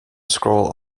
scroll